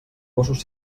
gossos